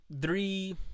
three